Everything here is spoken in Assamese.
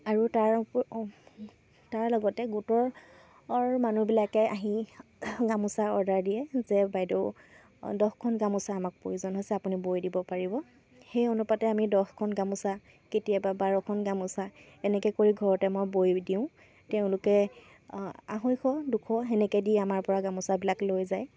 আৰু তাৰ তাৰ লগতে গোটৰ মানুহবিলাকে আহি গামোচা অৰ্ডাৰ দিয়ে যে বাইদেউ দহখন গামোচা আমাক প্ৰয়োজন হৈছে আপুনি বৈ দিব পাৰিব সেই অনুপাতে আমি দহখন গামোচা কেতিয়াবা বাৰখন গামোচা এনেকৈ কৰি ঘৰতে মই বৈ দিওঁ তেওঁলোকে আঢ়ৈশ দুশ সেনেকৈ দি আমাৰপৰা গামোচাবিলাক লৈ যায়